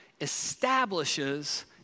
establishes